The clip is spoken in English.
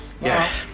yes